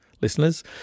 listeners